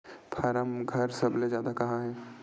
form घर सबले जादा कहां हे